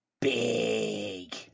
Big